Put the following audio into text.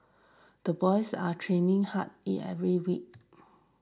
the boys are training hard eat every week